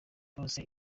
bose